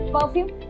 Perfume